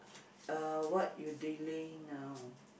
uh what you delaying now